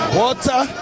water